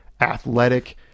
athletic